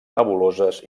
nebuloses